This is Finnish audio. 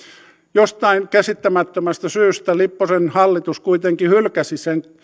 jostain käsittämättömästä syystä lipposen hallitus kuitenkin hylkäsi sen